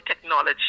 technology